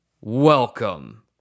welcome